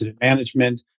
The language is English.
management